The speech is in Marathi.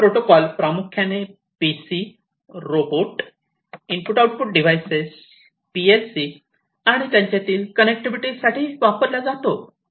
हा प्रोटोकॉल प्रामुख्याने PC robot input output device PLC आणि त्यांच्यातील कनेक्टिविटी साठी वापरला जातो